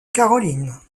caroline